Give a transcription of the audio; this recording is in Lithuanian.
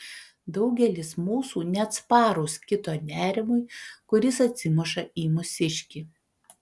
daugelis mūsų neatsparūs kito nerimui kuris atsimuša į mūsiškį